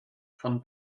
von